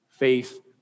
faith